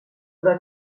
però